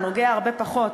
או נוגע הרבה פחות,